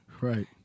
right